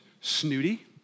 snooty